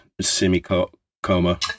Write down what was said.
semi-coma